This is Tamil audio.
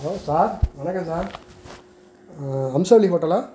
ஹலோ சார் வணக்கம் சார் அம்சவள்ளி ஹோட்டலா